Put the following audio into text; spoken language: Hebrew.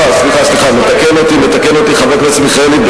אה, סליחה, מתקן אותי חבר הכנסת מיכאלי.